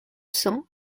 cents